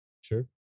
Sure